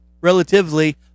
relatively